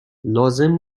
لازم